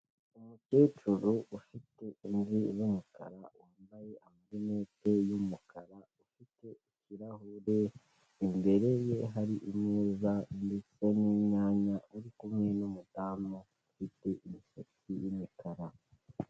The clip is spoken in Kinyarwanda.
Umukecuru ufite imvi z'umukara, wambaye amarinete y'umukara, ufite ikirahure, imbere ye hari imeza ndetse n'inyanya, uri kumwe n'umudamu ufite imisatsi y'imikara.